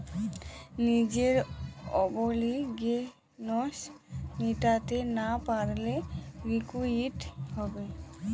নিজের অব্লিগেশনস মেটাতে না পারলে লিকুইডিটি হবে